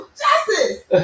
justice